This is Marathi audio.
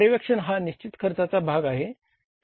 पर्यवेक्षण हा निश्चित खर्चाचा भाग आहे